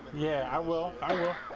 yeah i will